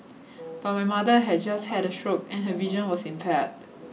but my mother had just had a stroke and her vision was impaired